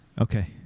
Okay